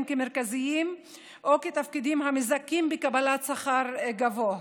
כמרכזיים או כתפקידים המזכים בקבלת שכר גבוה.